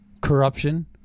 corruption